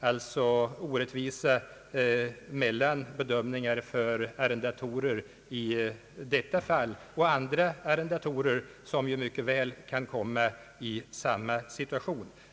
Det blir orättvisor mellan arrendatorerna i detta fall och andra arrendatorer, som mycket väl kan komma i samma situation.